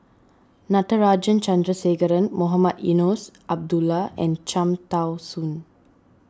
Natarajan Chandrasekaran Mohamed Eunos Abdullah and Cham Tao Soon